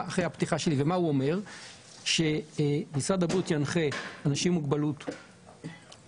הסעיף אומר שמשרד הבריאות ינחה אנשים עם מוגבלות איזה